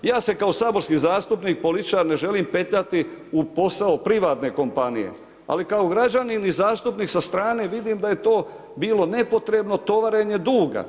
Ja se kao saborski zastupnik političar ne želim petljati u posao privatne kompanije, ali kao građanin i zastupnik sa strane vidim da je to bilo nepotrebno tovarenje duga.